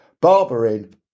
Barbering